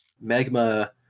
Magma